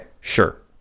sure